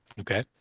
okay